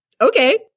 okay